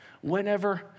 whenever